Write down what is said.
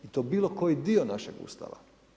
I to bilo koji dio našeg Ustava.